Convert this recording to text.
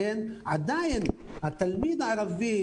עדיין התלמיד הערבי,